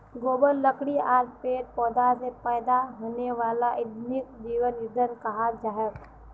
गोबर लकड़ी आर पेड़ पौधा स पैदा हने वाला ईंधनक जैव ईंधन कहाल जाछेक